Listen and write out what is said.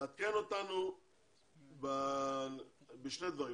תעדכן אותנו בשני דברים.